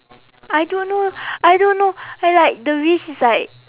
I don't know I don't know I like the wish is like